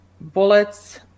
bullets